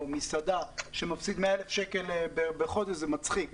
מסעדן שמפסיד 100,000 שקלים בחודש זה מצחיק.